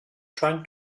trying